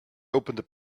opened